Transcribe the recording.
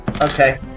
Okay